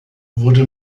wurde